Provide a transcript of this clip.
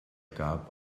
gab